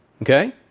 Okay